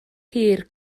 hir